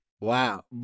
Wow